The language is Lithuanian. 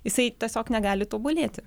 jisai tiesiog negali tobulėti